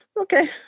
Okay